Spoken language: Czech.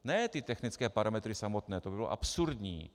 Ne ty technické parametry samotné, to by bylo absurdní.